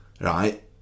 right